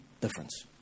difference